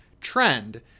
trend